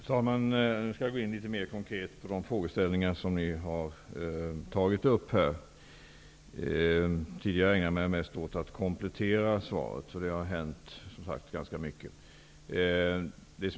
Fru talman! Jag skall gå in litet mer konkret på de frågeställningar som ni här har tagit upp. Tidigare ägnade jag mig mest åt att komplettera svaret. Det har hänt ganska mycket.